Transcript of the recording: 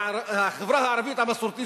בחברה הערבית המסורתית,